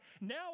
Now